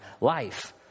life